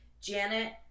Janet